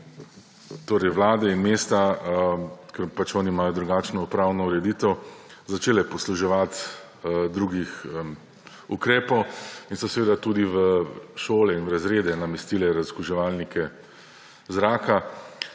vladi in mesta, ker oni imajo drugačno pravno ureditev, začeli posluževati drugih ukrepov in so seveda tudi v šole in v razrede namestili razkuževalnike zraka.